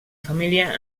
família